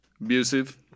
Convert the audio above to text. abusive